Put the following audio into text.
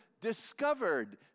discovered